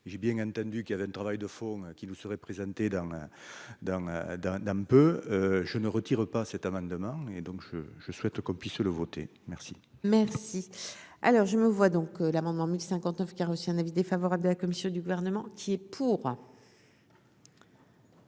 j'ai bien entendu qu'il y avait un travail de fond qui nous serez présenté dans la d'un d'un peu je ne retire pas cet amendement et donc je, je souhaite qu'on puisse le voter merci. Merci, alors je me vois donc l'amendement 1059 qui a reçu un avis défavorable de la commission du gouvernement qui est pour.